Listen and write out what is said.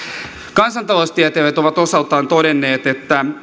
kansantaloustieteilijät ovat osaltaan todenneet että